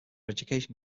education